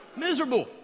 miserable